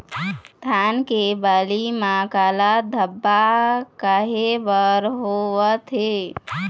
धान के बाली म काला धब्बा काहे बर होवथे?